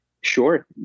Sure